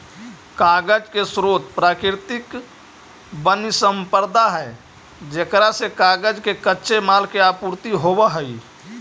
कागज के स्रोत प्राकृतिक वन्यसम्पदा है जेकरा से कागज के कच्चे माल के आपूर्ति होवऽ हई